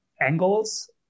angles